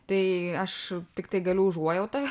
tai aš tiktai galiu užuojautą